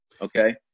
Okay